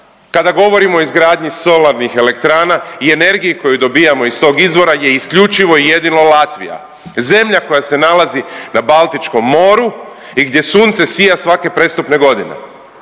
kada govorimo o izgradnji solarnih elektrana i energiji koju i dobijamo iz tog izvora je isključivo i jedino Latvija, zemlja koja se nalazi na Baltičkom moru i gdje sunce sija svake prestupne godine.